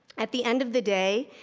at the end of the day,